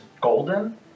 golden